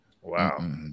Wow